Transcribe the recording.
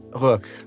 Look